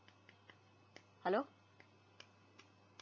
hello